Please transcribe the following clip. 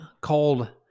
called